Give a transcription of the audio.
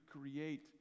create